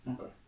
Okay